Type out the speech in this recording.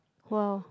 !wow!